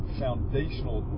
foundational